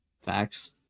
Facts